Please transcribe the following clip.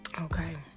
Okay